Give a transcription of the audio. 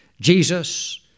Jesus